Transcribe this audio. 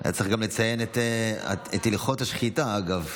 היה צריך גם לציין את הלכות השחיטה, אגב.